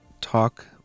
talk